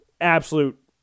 Absolute